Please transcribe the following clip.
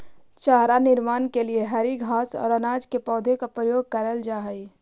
चारा निर्माण के लिए हरी घास और अनाज के पौधों का प्रयोग करल जा हई